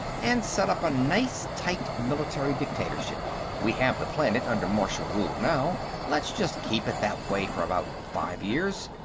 and set up a nice tight military dictatorship. we have the planet under martial rule now let's just keep it that way for about five years,